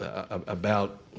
ah um about,